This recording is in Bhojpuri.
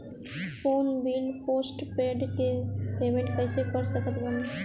फोन बिल पोस्टपेड के पेमेंट कैसे कर सकत बानी?